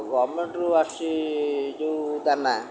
ଗଭର୍ଣ୍ଣମେଣ୍ଟରୁ ଆସୁଛି ଯେଉଁ ଦାନା